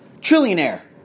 trillionaire